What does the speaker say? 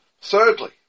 Thirdly